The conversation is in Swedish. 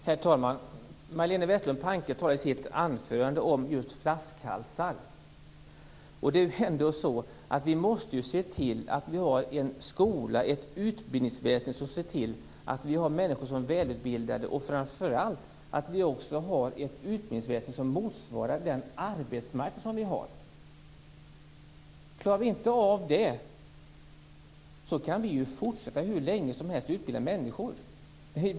Herr talman! Majléne Westerlund Panke talar i sitt anförande om flaskhalsar. Vi måste ha ett utbildningsväsende som ser till att människor är välutbildade och framför allt att vi har ett utbildningsväsende som motsvarar arbetsmarknadens krav. Klarar vi inte av detta kan vi ju fortsätta hur länge som helst att utbilda människor.